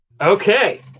Okay